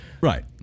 right